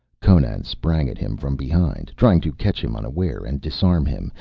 conan sprang at him from behind, trying to catch him unaware and disarm him,